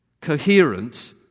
coherent